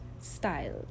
style